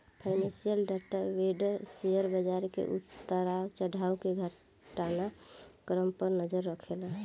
financial data vendor share बाजार के उतार चढ़ाव के घटना क्रम पर नजर रखेला